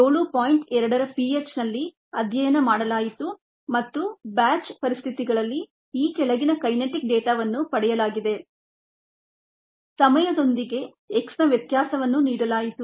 2 ರ pH ನಲ್ಲಿ ಅಧ್ಯಯನ ಮಾಡಲಾಯಿತು ಮತ್ತು ಬ್ಯಾಚ್ ಪರಿಸ್ಥಿತಿಗಳಲ್ಲಿ ಈ ಕೆಳಗಿನ ಕೈನೆಟಿಕ್ ಡೇಟಾವನ್ನು ಪಡೆಯಲಾಗಿದೆ ಸಮಯದೊಂದಿಗೆ X ನ ವ್ಯತ್ಯಾಸವನ್ನು ನೀಡಲಾಯಿತು